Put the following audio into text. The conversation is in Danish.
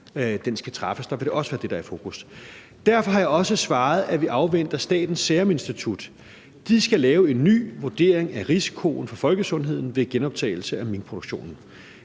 skal træffes. Der vil det også være det, der er i fokus. Derfor har jeg også svaret, at vi afventer Statens Serum Institut. De skal lave en ny vurdering af risikoen for folkesundheden ved genoptagelse af minkproduktionen.